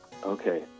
Okay